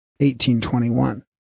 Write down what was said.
18.21